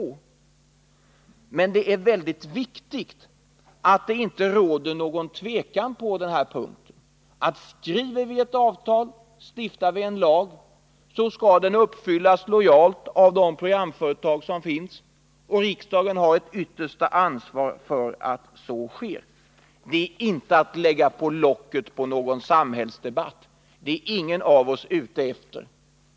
Det är väldigt viktigt att det inte råder någon tvekan på denna punkt: skriver vi ett avtal och stiftar vi en lag skall de följas lojalt av de programföretag som finns, och riksdagen har det yttersta ansvaret för att så sker. Det är inte att lägga på locket på någon samhällsdebatt — det är ingen av oss ute efter.